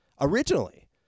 originally